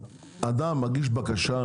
אדם מגיש בקשה,